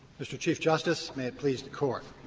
mr. chief justice, may it please the court